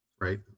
right